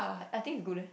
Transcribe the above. I I think is good leh